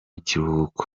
kiruhuko